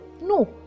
no